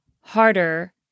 harder